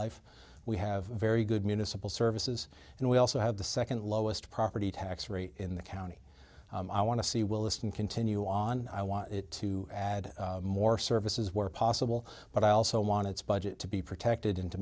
life we have very good municipal services and we also have the second lowest property tax rate in the county i want to see williston continue on i want to add more services where possible but i also want its budget to be protected and to